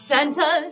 Santa